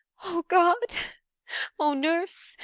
o god o nurse!